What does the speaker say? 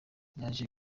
yaje